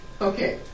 Okay